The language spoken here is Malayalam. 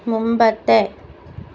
മുമ്പത്തെ